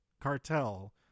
Cartel